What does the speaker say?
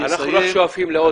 אנחנו רק שואפים לעוד ועוד.